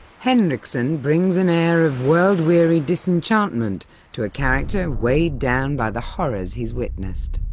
henriksson brings an air of world-weary disenchantment to a character weighed down by the horrors he has witnessed.